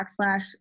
backslash